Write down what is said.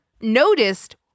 noticed